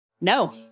No